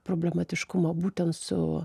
problematiškumo būtent su